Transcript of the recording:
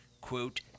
quote